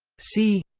see